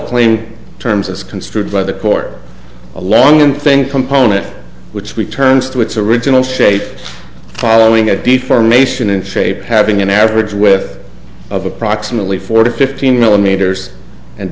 claim terms as construed by the court along and think component which we turns to its original shape following a deformation in shape having an average with of approximately forty fifty millimeters and